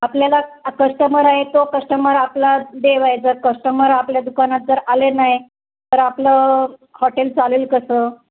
आपल्याला कस्टमर आहे तो कस्टमर आपला देव आहे जर कस्टमर आपल्या दुकानात जर आले नाही तर आपलं हॉटेल चालेल कसं